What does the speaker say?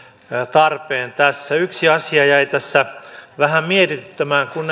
tarpeen tässä yksi asia jäi tässä vähän mietityttämään kun